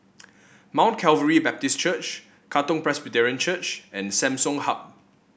Mount Calvary Baptist Church Katong Presbyterian Church and Samsung Hub